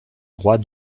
droit